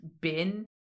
been-